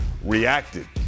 reacted